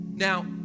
Now